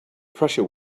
pressure